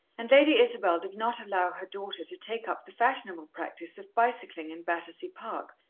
and lady isabel did not allow her daughter to take up the fashionable practice of bicycling in battersea park,